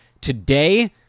today